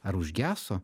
ar užgeso